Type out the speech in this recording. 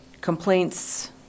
complaints